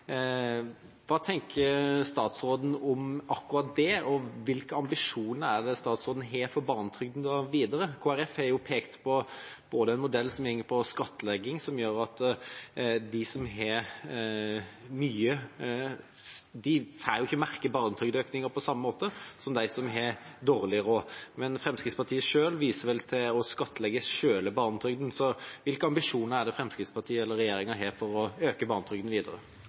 Hva tenker statsråden om akkurat det, og hvilke ambisjoner har statsråden for barnetrygden videre? Kristelig Folkeparti har pekt på en modell som går på skattlegging, som gjør at de som har mye, ikke merker barnetrygdøkningen på samme måte som de som har dårlig råd. Fremskrittspartiet selv viser vel til å skattlegge selve barnetrygden. Hvilke ambisjoner har regjeringen når det gjelder å øke barnetrygden videre?